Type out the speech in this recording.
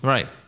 Right